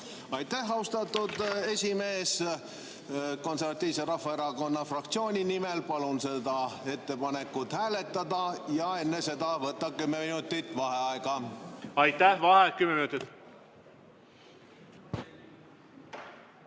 Aitäh, austatud esimees! Konservatiivse Rahvaerakonna fraktsiooni nimel palun seda ettepanekut hääletada ja enne seda võtta kümme minutit vaheaega. Aitäh! Vaheaeg kümme minutit.V